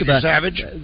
Savage